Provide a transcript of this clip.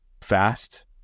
fast